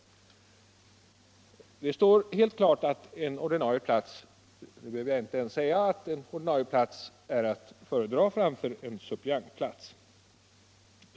Det står helt klart att en ordinarie plats — det behöver jag inte ens säga — är att föredra framför en suppleantplats.